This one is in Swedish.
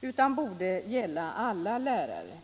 utan alla lärare.